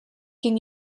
can